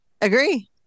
Agree